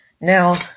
Now